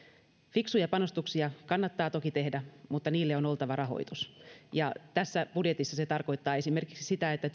fiksuja panostuksia kannattaa toki tehdä mutta niille on oltava rahoitus ja tässä budjetissa se tarkoittaa esimerkiksi sitä että